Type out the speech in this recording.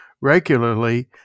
regularly